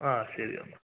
ആഹ് ശരി എന്നാൽ